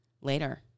later